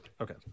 Okay